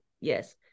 yes